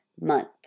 month